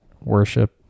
worship